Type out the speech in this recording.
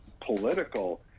political